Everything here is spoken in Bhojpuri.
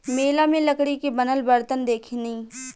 मेला में लकड़ी के बनल बरतन देखनी